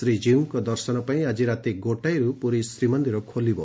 ଶ୍ରୀକୀଉଙ୍କ ଦର୍ଶନ ପାଇଁ ଆକି ରାତି ଗୋଟାଏରୁ ପୁରୀ ଶ୍ରୀମନ୍ଦିର ଖୋଲିବ